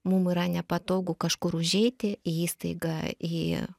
mum yra nepatogu kažkur užeiti į įstaigą į